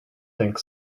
think